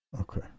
Okay